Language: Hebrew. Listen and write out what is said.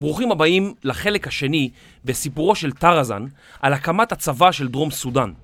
ברוכים הבאים לחלק השני בסיפורו של טרזן על הקמת הצבא של דרום סודאן.